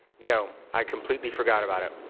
no. i completely forgot about it.